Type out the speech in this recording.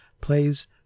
plays